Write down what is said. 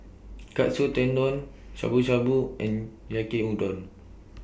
Katsu Tendon Shabu Shabu and Yaki Udon